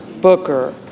Booker